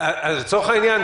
לצורך העניין,